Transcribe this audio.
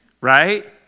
right